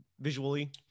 visually